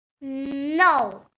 No